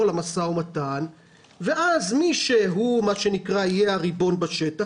למשא ומתן ואז מי שהוא מה שנקרא יהיה הריבון בשטח,